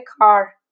car